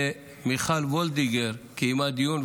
וחברת הכנסת מיכל וולדיגר קיימה דיון,